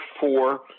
four